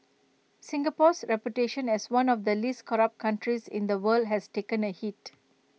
Singapore's reputation as one of the least corrupt countries in the world has taken A hit